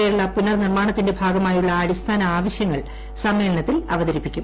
കേരള പുനർനിർമ്മാണത്തിന്റെ ഭാഗമായുള്ള അടിസ്ഥാന ആവശ്യങ്ങൾ സമ്മേളനത്തിൽ അവതരിപ്പിക്കും